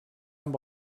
amb